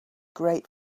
great